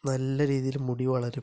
നല്ല രീതിയില് മുടി വളരും